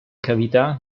cavità